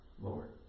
Lord